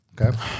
Okay